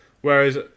whereas